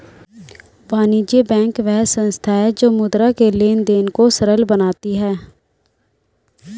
वाणिज्य बैंक वह संस्था है जो मुद्रा के लेंन देंन को सरल बनाती है